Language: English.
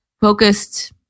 focused